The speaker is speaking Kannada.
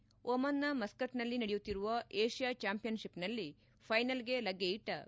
ಹಾಕಿ ಒಮನ್ನ ಮಸ್ತಟ್ನಲ್ಲಿ ನಡೆಯುತ್ತಿರುವ ಏಷ್ಲಾ ಚಾಂಪಿಯನ್ಶಿಪ್ನಲ್ಲಿ ಫೈನಲ್ಗೆ ಲಗ್ಗೆಯಿಟ್ಟ ಭಾರತ